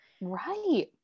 Right